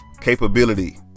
capability